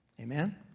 Amen